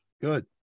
Good